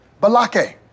Balake